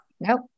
Nope